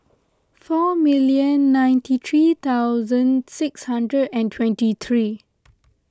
four million ninety three thousand six hundred and twenty three